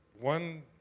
one